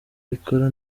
rikora